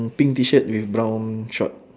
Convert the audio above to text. pink T-shirt with brown short